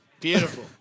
Beautiful